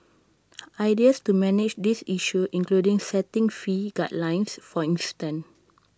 ideas to manage this issue include setting fee guidelines for instance